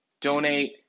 Donate